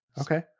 Okay